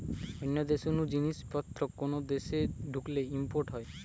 অন্য দেশ নু জিনিস পত্র কোন দেশে ঢুকলে ইম্পোর্ট হয়